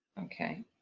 okay